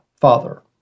Father